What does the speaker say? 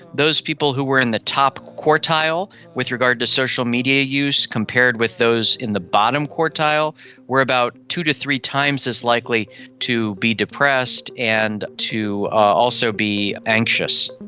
those people who were in the top quartile with regard to social media use compared with those in the bottom quartile were about two to three times as likely to be depressed and to also be anxious.